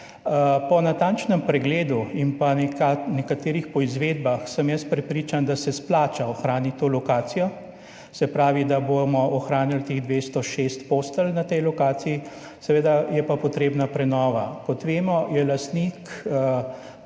Po natančnem pregledu in po nekaterih poizvedbah sem jaz prepričan, da se splača ohraniti to lokacijo. Se pravi, da bomo ohranili teh 206 postelj na tej lokaciji. Seveda je pa potrebna prenova. Kot vemo, je lastnik